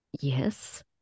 Yes